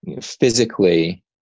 physically